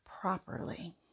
properly